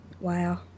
wow